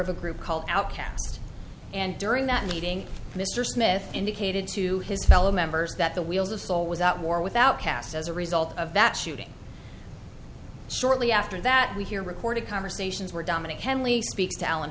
of a group called outcast and during that meeting mr smith indicated to his fellow members that the wheels of soul was at war with outcast as a result of that shooting shortly after that we hear recorded conversations were dominic henley speaks to al